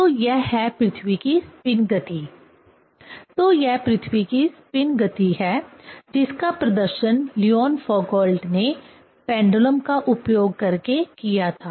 तो यह है पृथ्वी की स्पिन गति तो यह पृथ्वी की स्पिन गति है जिसका प्रदर्शन लियोन फौकॉल्ट ने पेंडुलम का उपयोग करके किया था